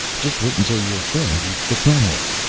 just wait until your friend eats the krenoj.